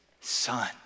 Son